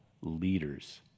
leaders